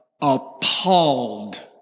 appalled